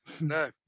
No